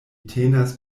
tenas